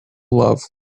love